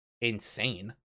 insane